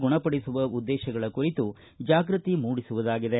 ಗುಣಪಡಿಸುವ ಉದ್ದೇಶಗಳ ಕುರಿತು ಜಾಗೃತಿ ಮೂಡಿಸುವುದಾಗಿದೆ